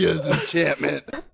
enchantment